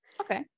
okay